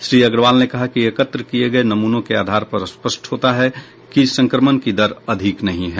श्री अग्रवाल ने कहा कि एकत्र किए गए नमूनों के आधार पर स्पष्ट होता है कि संक्रमण की दर अधिक नहीं है